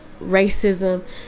racism